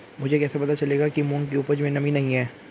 मुझे कैसे पता चलेगा कि मूंग की उपज में नमी नहीं है?